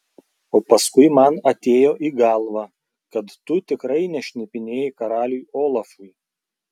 o paskui man atėjo į galvą kad tu tikrai nešnipinėjai karaliui olafui